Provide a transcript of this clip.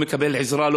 לא מקבל עזרה,